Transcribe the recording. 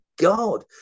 god